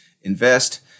invest